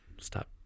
stop